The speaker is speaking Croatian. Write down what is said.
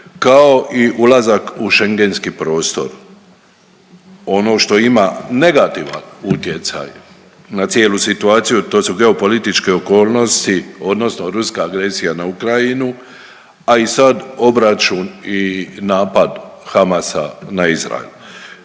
kao i ulazak u schengentski prostor. Ono što ima negativan utjecaj na cijelu situaciju, to su geopolitičke okolnosti odnosno ruska agresija na Ukrajinu, a i sad obračun i napad Hamasa na Izrael.